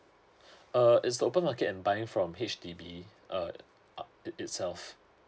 uh is the open market and buying from H_D_B uh uh itself